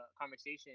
conversation